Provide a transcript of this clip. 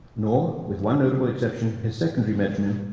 nor with one notable exception his secondary metronym,